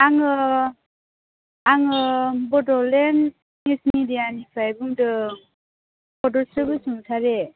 आङो आङो Bodoland news media निफ्राइ बुंदों पदस्रि बसुमतारि